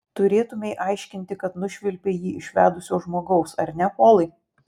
turėtumei aiškinti kad nušvilpei jį iš vedusio žmogaus ar ne polai